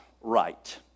right